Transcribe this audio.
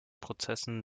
prozessen